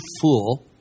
fool